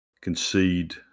concede